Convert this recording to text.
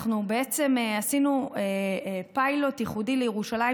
אנחנו בעצם עשינו פיילוט ייחודי לירושלים,